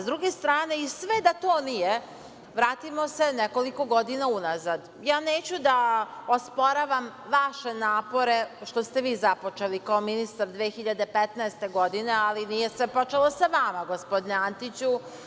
Sa druge strane, sve da to nije, vratimo se nekoliko godina unazad, neću da osporavam vaše napore pošto ste vi započeli kao ministar 2015. godine ali nije sve počelo sa vama gospodine Antiću.